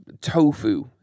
tofu